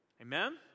Amen